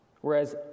whereas